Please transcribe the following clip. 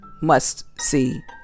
must-see